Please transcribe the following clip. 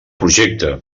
projecte